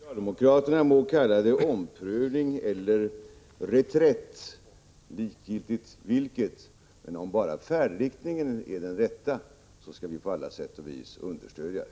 Fru talman! Socialdemokraterna må kalla det omprövning eller reträtt, likgiltigt vilket. Om bara färdriktningen är den rätta skall vi på alla sätt och vis understödja det.